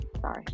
sorry